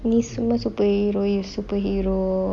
ni semua superhero superhero